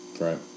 Right